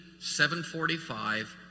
7.45